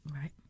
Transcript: Right